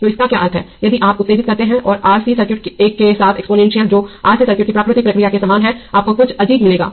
तो इसका क्या अर्थ है यदि आप उत्तेजित करते हैं और RC सर्किट एक के साथ एक्सपोनेंशियल जो RC सर्किट की प्राकृतिक प्रतिक्रिया के समान हैआपको कुछ अजीब मिलेगा